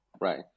Right